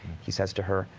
he says to her,